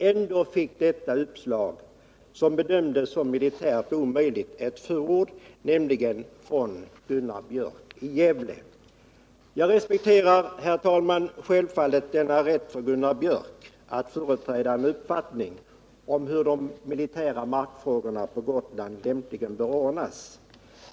Ändå fick detta uppslag som bedömdes som militärt omöjligt ett förord, nämligen från Gunnar Björk i Gävle. Jag respekterar, herr talman, självfallet denna rätt för Gunnar Björk att företräda en uppfattning om hur de militära markfrågorna på Gotland lämpligen bör ordnas.